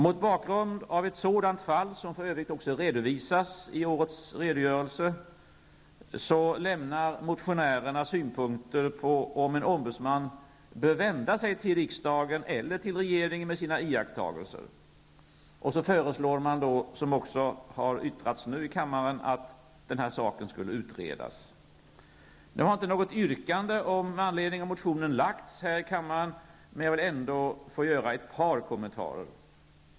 Mot bakgrund av ett sådant fall, som för övrigt redovisas i årets redogörelse, lämnar motionärerna synpunkter på om en ombudsman bör vända sig till riksdagen eller regeringen med sina iakttagelser. Så föreslås, som också har yttrats nu i kammaren, att den här saken skall utredas. Nu har inte något yrkande med anledning av motionen lagts i kammaren, men jag vill ändå göra ett par kommentarer.